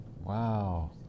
Wow